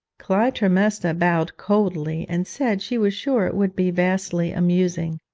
clytemnestra bowed coldly, and said she was sure it would be vastly amusing.